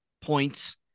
points